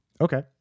Okay